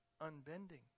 unbending